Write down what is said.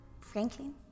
Franklin